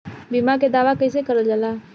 बीमा के दावा कैसे करल जाला?